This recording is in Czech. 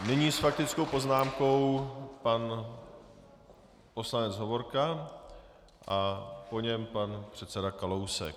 Nyní s faktickou poznámkou pan poslanec Hovorka, po něm pan předseda Kalousek.